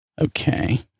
Okay